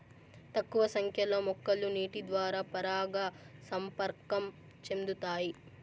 తక్కువ సంఖ్య లో మొక్కలు నీటి ద్వారా పరాగ సంపర్కం చెందుతాయి